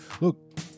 Look